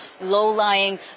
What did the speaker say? low-lying